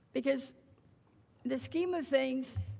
because the scheme of things,